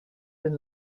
been